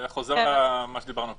אני חוזר למה שדיברנו קודם.